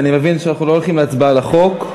אני מבין שאנחנו לא הולכים להצבעה על החוק.